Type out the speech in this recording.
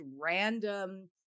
random